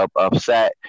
upset